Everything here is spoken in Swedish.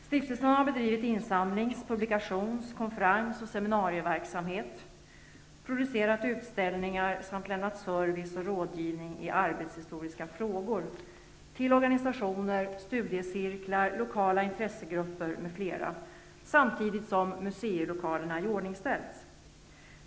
Stiftelsen har bedrivit insamlings-, publikations-, konferens och seminarieverksamhet, producerat utställningar samt lämnat service och rådgivning i arbetshistoriska frågor till organisationer, studiecirklar, lokala intressegrupper m.fl. samtidigt som museilokalerna iordningställts.